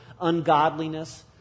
ungodliness